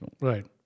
Right